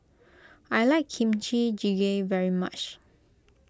I like Kimchi Jjigae very much